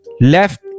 Left